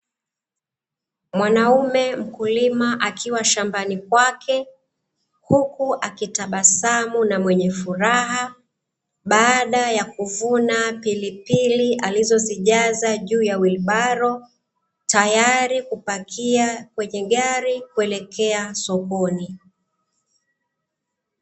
Mwanaume mkulima akiwa shambani kwake, huku akitabasamu na mwenye furaha baada ya kuvuna pilipili alizojaza juu ya lubaro tayari kupakia kwenye gari kuelekea sokoni.